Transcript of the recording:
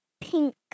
pink